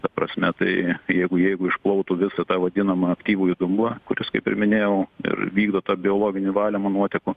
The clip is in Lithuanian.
ta prasme tai jeigu jeigu išplautų visą tą vadinamą aktyvųjį dumblą kuris kaip ir minėjau ir vykdo tą biologinį valymą nuotekų